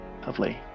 Lovely